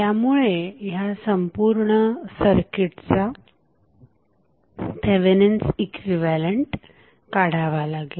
त्यामुळे ह्या संपूर्ण सर्किटचा थेवेनिन्स इक्विव्हॅलेंट काढावा लागेल